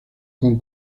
con